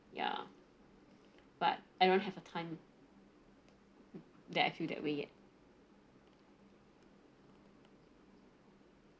ya but I don't have a time that I feel that way yet